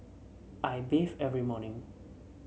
I bathe every morning